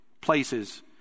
places